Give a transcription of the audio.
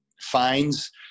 fines